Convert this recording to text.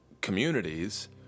communities